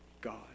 God